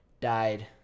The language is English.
died